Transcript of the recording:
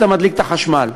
אתה מדליק את החשמל.